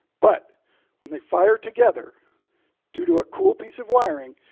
but when they fire together due to a cool piece of wiring,